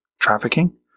trafficking